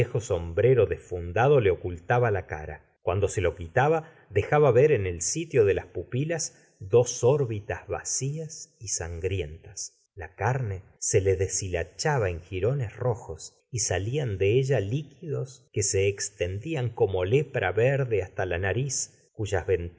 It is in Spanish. sombrero desfundado le ocultaba la cara cuando se lo quitaba dejaba ver en el sitio de las pupilas dos órbitas va cias y sangrientas la carne se le deshilachaba en girones rojos y salian de ella líquidos que se extendían como lepra verde hasta la nariz